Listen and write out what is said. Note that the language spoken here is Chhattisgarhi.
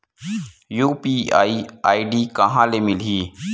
यू.पी.आई आई.डी कहां ले मिलही?